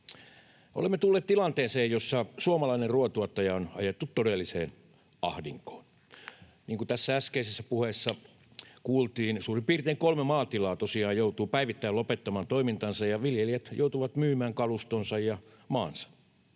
Olemme tulleet tilanteeseen, jossa suomalainen ruuantuottaja on ajettu todelliseen ahdinkoon. Niin kuin tässä äskeisessä puheessa kuultiin, suurin piirtein kolme maatilaa päivittäin joutuu tosiaan lopettamaan toimintansa, ja viljelijät joutuvat myymään kalustonsa ja maansa,